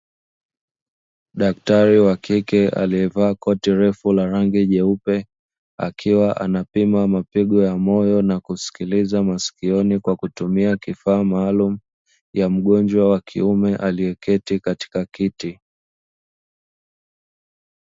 Daktari wa kike aliyevaa koti refu la rangi nyeupe, akiwa anapima mapigo ya moyo na kusikiliza masikioni kwa kutumia kifaa maalumu ya mgonjwa wa kiume aliyeketi katika kiti.